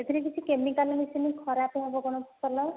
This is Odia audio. ଏଥିରେ କିଛି କେମିକାଲ ମିଶିନି ଖରାପ ହେବ କଣ ଫସଲ